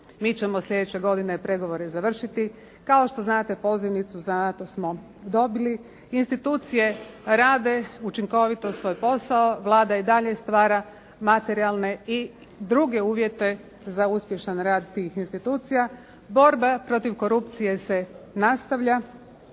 Mi ćemo sljedeće godine pregovore završiti. Kao što znate pozivnicu za NATO smo dobili. Institucije rade učinkovito svoj posao, Vlada i dalje stvara materijalne i druge uvjete za uspješan rad tih institucija. Borba protiv korupcije se nastavlja